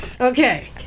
Okay